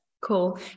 cool